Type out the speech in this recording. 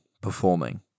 performing